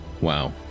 Wow